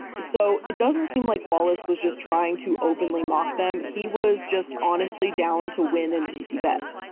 so, it doesn't seem like wallace was just trying to openly mock them, he was just honestly down to win an easy bet.